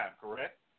correct